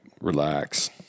relax